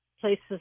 Places